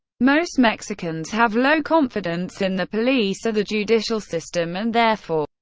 most mexicans have low confidence in the police or the judicial system, and therefore,